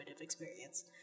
experience